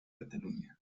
cataluña